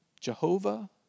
Jehovah